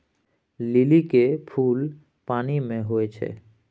लिली के फुल पानि मे होई छै